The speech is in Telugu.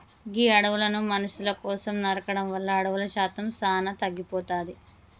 గీ అడవులను మనుసుల కోసం నరకడం వల్ల అడవుల శాతం సానా తగ్గిపోతాది